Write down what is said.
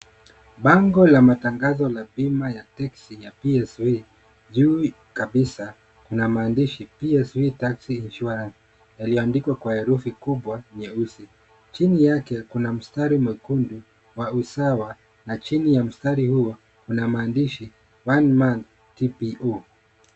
Bango la matangazo la bima ya texi ya PSV, juu kabisa kuna maandishi PSV taxi insurance , yalioandikwa kwa herufi kubwa nyeusi, chini yake kuna mstari mwekundu, wa usawa, na chini ya mstari huo, kuna maandishi, one month TPO .